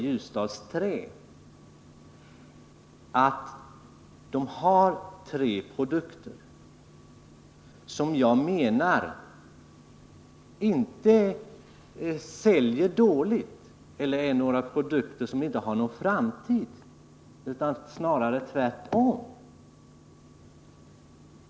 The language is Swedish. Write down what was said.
Ljusdals Trä har tre produkter som varken säljer dåligt eller saknar framtid, snarare tvärtom.